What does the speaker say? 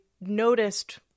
noticed